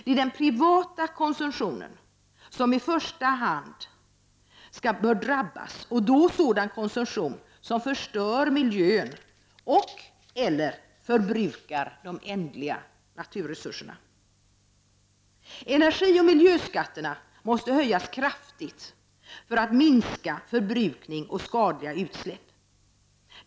Det är den privata konsumtionen som i första hand bör drabbas och då sådan konsumtion som förstör miljön och/eller förbrukar de ändliga naturresurserna. Energioch miljöskatterna måste höjas kraftigt för att minska förbrukning och skadliga utsläpp.